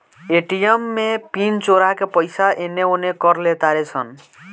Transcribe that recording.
ATM में pin चोरा के पईसा एने ओने कर लेतारे सन